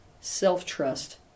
self-trust